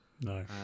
No